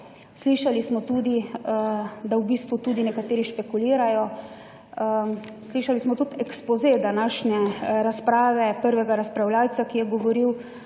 slišali smo tudi, da v bistvu tudi nekateri špekulirajo, slišali smo tudi ekspoze današnje razprave prvega razpravljavca, ki je govoril,